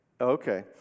Okay